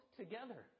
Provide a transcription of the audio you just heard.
together